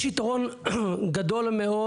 יש יתרון גדול מאוד